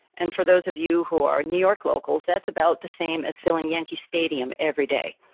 and for those of you who are new york locals, that's about the same as filling yankee stadium every day.